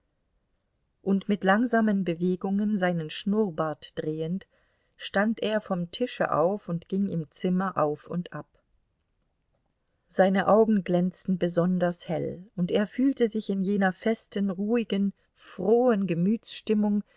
und mit langsamen bewegungen seinen schnurrbart drehend stand er vom tische auf und ging im zimmer auf und ab seine augen glänzten besonders hell und er fühlte sich in jener festen ruhigen frohen